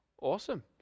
Awesome